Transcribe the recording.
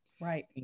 Right